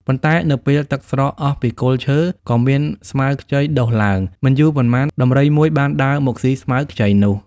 ប៉ុន្តែនៅពេលទឹកស្រកអស់ពីគល់ឈើ ក៏មានស្មៅខ្ចីដុះឡើង។ មិនយូរប៉ុន្មាន ដំរីមួយបានដើរមកស៊ីស្មៅខ្ចីនោះ។